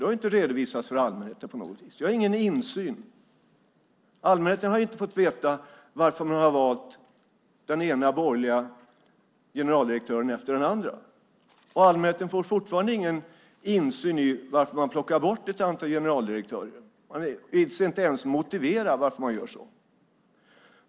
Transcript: Det har inte redovisats för allmänheten på något vis. Vi har ingen insyn. Allmänheten har inte fått veta varför man har valt den ena borgerliga generaldirektören efter den andra. Och allmänheten får fortfarande ingen insyn i varför man plockar bort ett antal generaldirektörer. Man ids inte ens motivera varför man gör så.